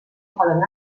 poden